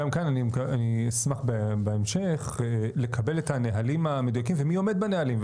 גם כאן אני אשמח בהמשך לקבלה את הנהלים המדויקים ומי עומד בנהלים,